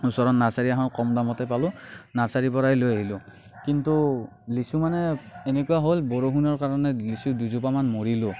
ওচৰৰ নাৰ্চাৰী এখনত কম দামতে পালোঁ নাৰ্চাৰীৰ পৰাই লৈ আহিলো কিন্তু লিচু মানে এনেকুৱা হ'ল বৰষুণৰ কাৰণে লিচু দুজোপামান মৰিলো